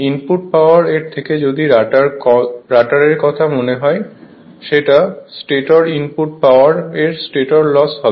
input power এর থেকে যদি রটারের কথা মনে হয় সেটা স্টেটরের ইনপুট পাওয়ার এর স্টেটরের লস হবে